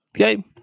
Okay